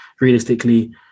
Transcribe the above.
realistically